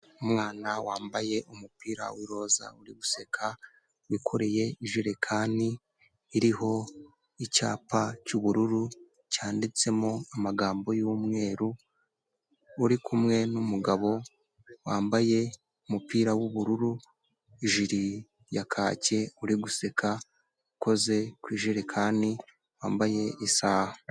Umwana wambaye umupira wi roza uri guseka, wikoreye jerekani iriho icyapa cy'ubururu cyanditsemo amagambo y'umweru, uri kumwe n'umugabo wambaye umupira w'ubururu, ijiri ya kake, uri guseka, ukoze ku ijerekani, wambaye isaha.